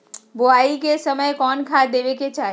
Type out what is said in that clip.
बोआई के समय कौन खाद देवे के चाही?